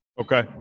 Okay